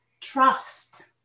trust